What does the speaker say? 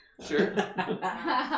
Sure